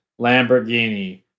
Lamborghini